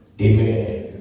Amen